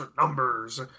numbers